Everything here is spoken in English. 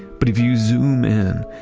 but if you zoom in,